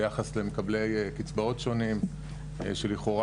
ביחס למקבלי קצבאות שונים שלכאורה,